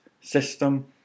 system